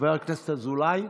חבר הכנסת אזולאי,